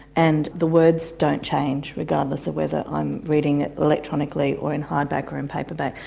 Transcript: and the words don't change, regardless of whether i'm reading it electronically or in hardback or in paperback.